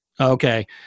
Okay